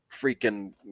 freaking